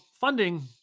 funding